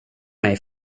mig